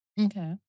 Okay